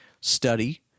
study